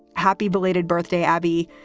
happy belated birthday, abby.